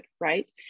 Right